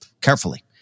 carefully